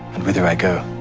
and whither i go.